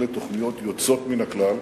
אלה תוכניות יוצאות מן הכלל.